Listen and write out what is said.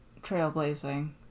Trailblazing